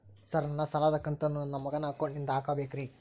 Sir ನನ್ನ ಸಾಲದ ಕಂತನ್ನು ನನ್ನ ಮಗನ ಅಕೌಂಟ್ ನಿಂದ ಹಾಕಬೇಕ್ರಿ?